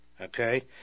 okay